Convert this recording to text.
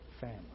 family